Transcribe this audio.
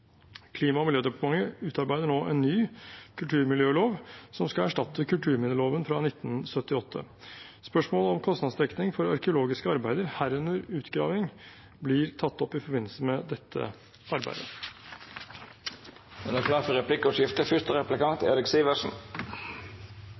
Klima- og miljødepartementet utarbeider nå en ny kulturmiljølov som skal erstatte kulturminneloven fra 1978. Spørsmålet om kostnadsdekning for arkeologiske arbeider, herunder utgraving, blir tatt opp i forbindelse med dette arbeidet.